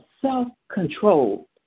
self-control